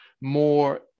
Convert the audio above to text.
more